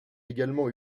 également